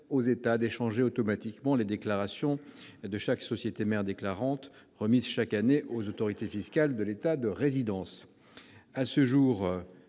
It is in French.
...